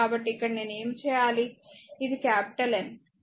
కాబట్టి ఇక్కడ నేను ఏమి చేయాలి అది క్యాపిటల్ N